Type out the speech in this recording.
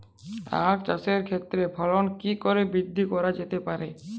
আক চাষের ক্ষেত্রে ফলন কি করে বৃদ্ধি করা যেতে পারে?